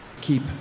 keep